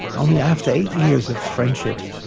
only after eight years of friendship,